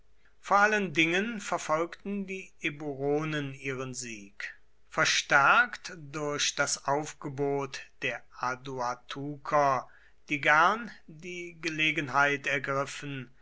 vor allen dingen verfolgten die eburonen ihren sieg verstärkt durch das aufgebot der aduatuker die gern die gelegenheit ergriffen